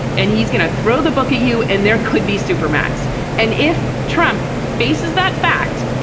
and he's going to throw the book at you. and there could be supermax and if trump faces that fact,